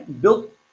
built